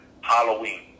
Halloween